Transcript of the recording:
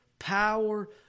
power